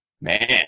Man